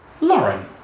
Lauren